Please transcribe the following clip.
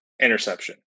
interception